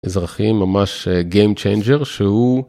אזרחים ממש game changer שהוא.